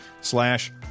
slash